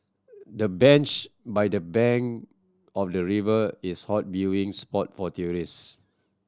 the bench by the bank of the river is hot viewing spot for tourists